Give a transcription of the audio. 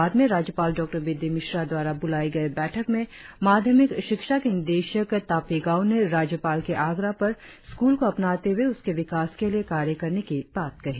बाद में राज्यपाल डॉ बी डी मिश्रा द्वारा बुलाए गए बैठक में माध्यमिक शिक्षा के निदेशक तापी गाव ने राज्यपाल के आग्रह पर स्कूल को अपनाते हुए उसके विकास के लिए कार्य करने की बात कही